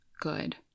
good